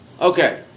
Okay